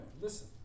Listen